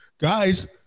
Guys